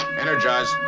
Energize